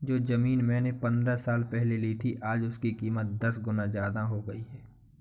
जो जमीन मैंने पंद्रह साल पहले ली थी, आज उसकी कीमत दस गुना जादा हो गई है